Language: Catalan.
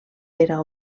era